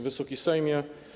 Wysoki Sejmie!